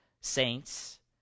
saints